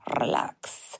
relax